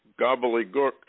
gobbledygook